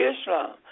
Islam